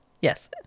Yes